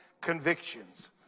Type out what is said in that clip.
convictions